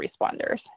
responders